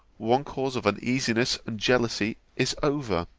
one cause of uneasiness and jealousy is over.